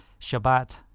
Shabbat